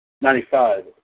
Ninety-five